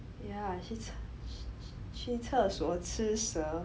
yeah 去厕去厕所吃蛇